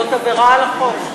זאת עבירה על החוק.